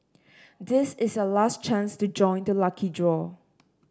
this is your last chance to join the lucky draw